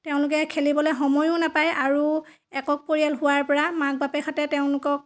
তেওঁলোকে খেলিবলৈ সময়ো নাপায় আৰু একক পৰিয়াল হোৱাৰ পৰা মাক বাপেকহঁতে তেওঁলোকক